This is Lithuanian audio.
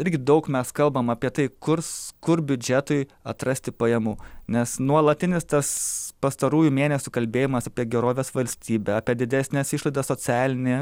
irgi daug mes kalbam apie tai kurs kur biudžetui atrasti pajamų nes nuolatinis tas pastarųjų mėnesių kalbėjimas apie gerovės valstybę apie didesnes išlaidas socialinie